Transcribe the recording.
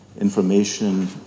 information